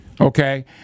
Okay